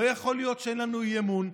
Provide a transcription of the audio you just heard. לא יכול להיות שאין לנו אי-אמון,